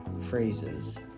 Phrases